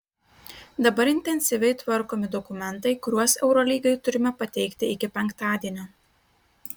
dabar intensyviai tvarkomi dokumentai kuriuos eurolygai turime pateikti iki penktadienio